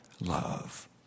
Love